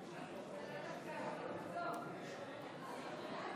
48 בעד, 63 נגד, וגם הסתייגות 10